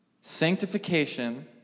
sanctification